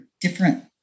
different